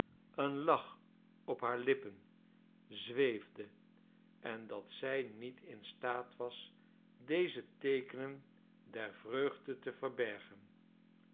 een lach op haar lippen zweefde en dat zij niet in staat was deze teekenen der vreugde te verbergen